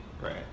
Right